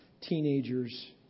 teenagers